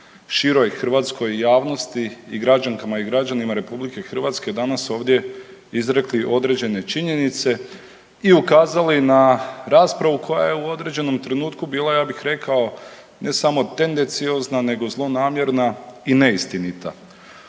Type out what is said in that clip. široj hrvatskoj javnosti i građankama i građanima RH danas ovdje izrekli određene činjenice i ukazali na raspravu koja je u određenom trenutku bila, ja bih rekao, ne samo tendenciozna, nego zlonamjerna i neistinita.